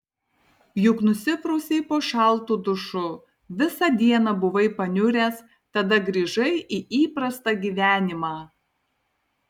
juk nusiprausei po šaltu dušu visą dieną buvai paniuręs tada grįžai į įprastą gyvenimą